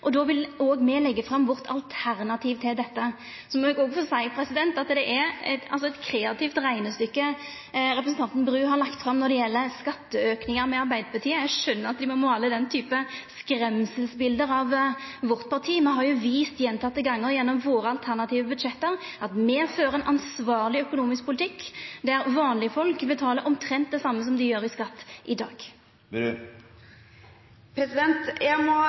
fram. Då vil òg me leggja fram vårt alternativ til dette. Så må eg òg få seia at det er eit kreativt reknestykke representanten Bru har lagt fram når det gjeld skatteauke og Arbeidarpartiet. Eg skjønar at dei må måla den typen skremselsbilde av vårt parti. Me har jo vist gjentekne gonger gjennom våre alternative budsjett at me fører ein ansvarleg økonomisk politikk, der vanlege folk betalar omtrent det same i skatt som det dei gjer i dag. Jeg må bare konstatere at partilederen i